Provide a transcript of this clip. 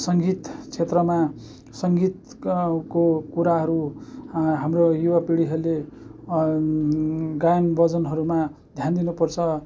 सङ्गीत क्षेत्रमा सङ्गीत को कुराहरू हाम्रो युवापिँढीहरूले गायन भजनहरूमा ध्यान दिनुपर्छ